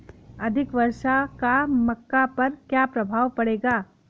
अधिक वर्षा का मक्का पर क्या प्रभाव पड़ेगा?